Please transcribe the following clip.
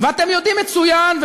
ואתם יודעים מצוין,